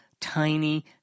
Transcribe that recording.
tiny